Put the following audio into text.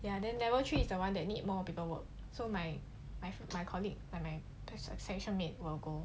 ya then level three is the one that need more people work so my my my colleague I mean my section mate will go